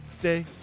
day